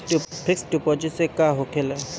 Fix deposit से का होखे ला?